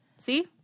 see